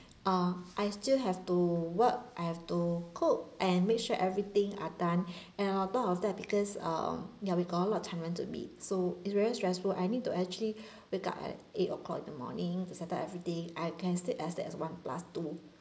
uh I still have to work I have to cook and make sure everything are done and on top of that because uh yeah we got a lot of timeline to meet so it's very stressful I need to actually wake up at eight o'clock in the morning to settle everything I can sleep as late as one plus two